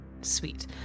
Sweet